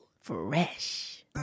Fresh